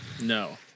No